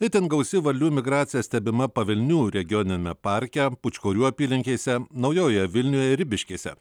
itin gausi varlių migracija stebima pavilnių regioniniame parke pučkorių apylinkėse naujojoje vilnioje ribiškėse